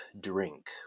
drink